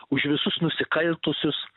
už visus nusikaltusius